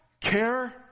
care